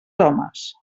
homes